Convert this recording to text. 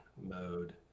mode